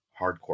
hardcore